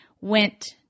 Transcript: went